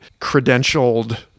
credentialed